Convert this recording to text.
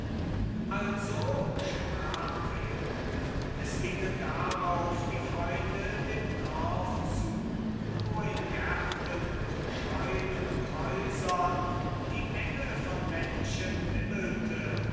also sprach er es gingen darauf die freunde dem dorf zu wo in gärten und scheunen und häusern die menge von menschen wimmelte